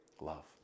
love